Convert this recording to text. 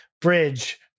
bridge